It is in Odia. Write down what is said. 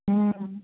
ହୁଁ